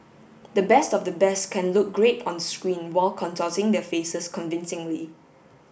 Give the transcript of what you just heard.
the best of the best can look great on screen while contorting their faces convincingly